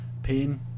Pain